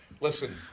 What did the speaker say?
Listen